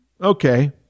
Okay